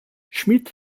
schmidt